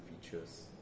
features